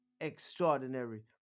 extraordinary